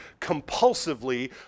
compulsively